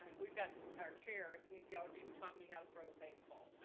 we've got our chair of kinesiology who taught me how to throw a baseball,